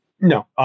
No